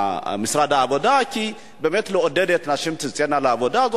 העבודה היא באמת לעודד נשים לצאת לעבודה,